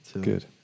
good